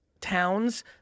towns